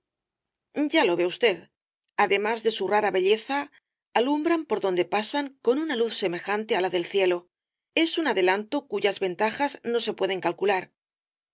un objeto curioso ya lo ve usted además de su rara belleza alumbran por donde pasan con una luz semejante á la del cielo es un adelanto cuyas ventajas no se pueden calcular